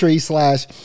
slash